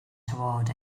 toward